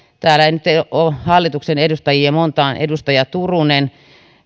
täällä ei nyt ole hallituksen edustajia montaa niin teiltä edustaja turunen